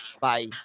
Bye